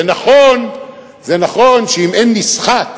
נכון שאם אין נסחט